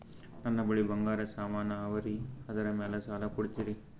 ನನ್ನ ಬಳಿ ಬಂಗಾರ ಸಾಮಾನ ಅವರಿ ಅದರ ಮ್ಯಾಲ ಸಾಲ ಕೊಡ್ತೀರಿ?